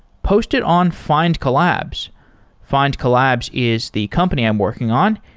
post it on find collabs. find collabs is the company i'm working on.